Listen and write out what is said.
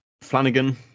Flanagan